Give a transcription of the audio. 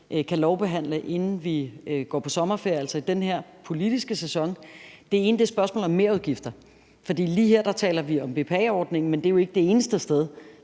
kan lovbehandle, inden vi går på sommerferie, altså i den her politiske sæson. Det ene er spørgsmålet om merudgifter, for lige her taler vi om BPA-ordningen, men det er jo ikke det eneste sted,